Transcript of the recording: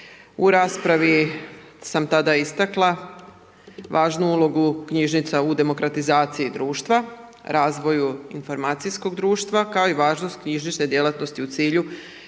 U raspravi sam tada istakla važnu ulogu knjižnica u demokratizaciji društva, razvoju informacijskog društva kao i važnost knjižnične djelatnosti u cilju